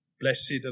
Blessed